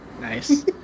Nice